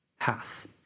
hath